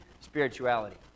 spirituality